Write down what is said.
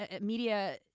media